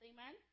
Amen